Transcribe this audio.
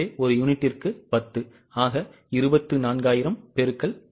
எனவே ஒரு யூனிட்டுக்கு 10 ஆக 24000 X 10